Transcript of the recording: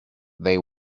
they